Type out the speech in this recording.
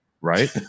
Right